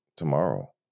tomorrow